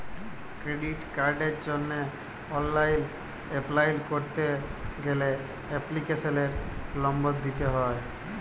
credit কার্ডের জন্হে online apply ক্যরতে গ্যালে এপ্লিকেশনের লম্বর দিত্যে হ্যয়